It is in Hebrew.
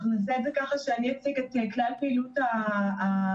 אני אציג את כלל פעילות המשרד